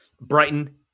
Brighton